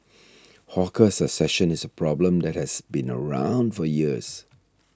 hawker succession is a problem that has been around for years